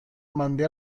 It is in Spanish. mandé